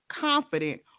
confident